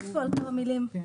דילגת על כמה מילים.